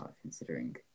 Considering